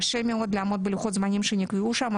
קשה מאוד לעמוד בלוחות הזמנים שנקבעו שם,